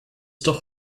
doch